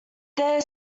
their